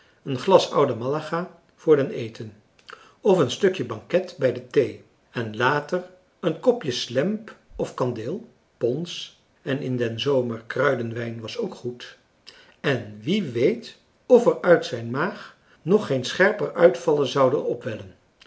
een glas ouden malaga voor den eten of een stukje banket bij de thee en later een kopje slemp of kandeel pons en in den zomer kruiderwijn was k goed en wie weet of er uit zijn maag ng geen scherper uitvallen zouden opwellen